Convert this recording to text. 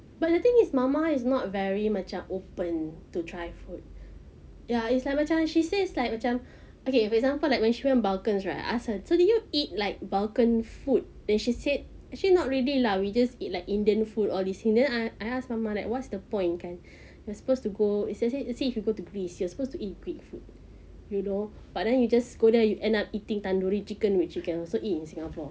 but the thing is mama is not very macam open to try food ya it's like macam she said like macam okay for example like when she went vulcans right I ask her so did you eat like vulcan food then she said actually not really lah we just eat like indian food all this thing then I ask mama like what's the point kan you're supposed to go like if you go to greece you're supposed to eat greek food you know but then you just go there you end up eating tandoori chicken which you can also eat in singapore